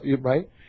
right